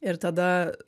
ir tada